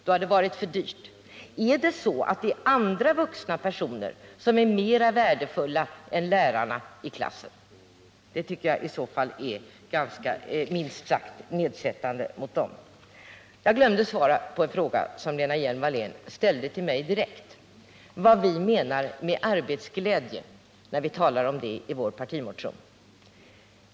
Är det så att man tycker att andra vuxna personer är mer värdefulla än lärarna att ha i klassen? En sådan inställning till lärarna anser jag vara minst sagt nedsättande. Jag glömde i mitt tidigare anförande att svara på en fråga som Lena Hjelm Wallén ställde direkt till mig, nämligen frågan vad vi menar med det som vi i vår motion skriver om arbetsglädje.